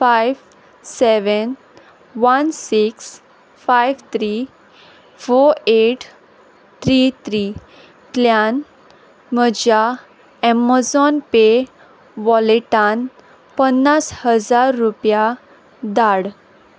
five seven one six five three four eight three थ्रींतल्यान म्हज्या Amazon pay वॉलेटान पन्नास हजार रुपया धाड